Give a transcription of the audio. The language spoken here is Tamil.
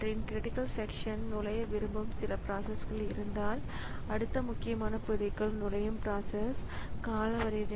இன்டரப்ட் சர்வீஸ் ராெட்டினுக்கு ஒரு குறிப்பிட்ட குறுக்கீட்டைக் கையாளும் பொறுப்புள்ள தொகுதிகள் அல்லது நடைமுறைகளின் தொகுப்பைத் தவிர வேறில்லை